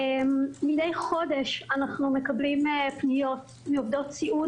מדי חודש אנחנו מקבלים פניות מעובדות סיעוד,